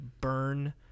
burn